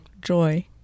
joy